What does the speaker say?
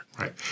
Right